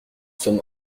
sommes